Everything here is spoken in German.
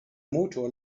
motor